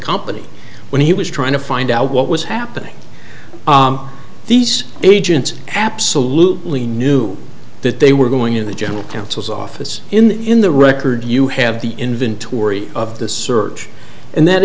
company when he was trying to find out what was happening these agents absolutely knew that they were going to the general counsel's office in the in the record you have the torrie of the search and that